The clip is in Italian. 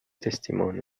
testimoni